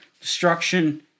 destruction